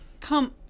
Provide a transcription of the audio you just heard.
come